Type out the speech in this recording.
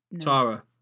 Tara